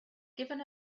given